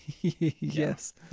yes